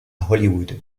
hollywood